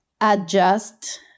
adjust